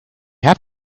have